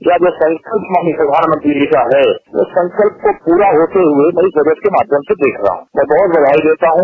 यह जो संकल्प प्रधानमंी जी का है उस संकल्प को पूरा होते हुए इस बजट के माध्यम से देख रहा हूं मैं बहुत बधाई देता हूं